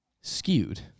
skewed